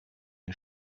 les